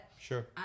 Sure